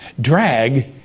Drag